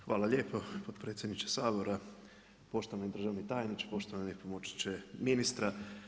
Hvala lijepo potpredsjedniče Sabora, poštovani državni tajniče, poštovani pomoćniče ministra.